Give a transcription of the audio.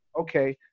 okay